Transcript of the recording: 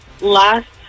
last